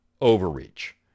overreach